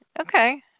Okay